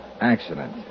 Accident